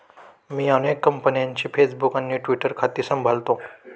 मी अनेक कंपन्यांची फेसबुक आणि ट्विटर खाती सांभाळतो